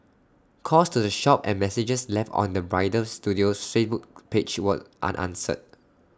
calls to the shop and messages left on the bridal studio's Facebook page were unanswered